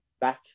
back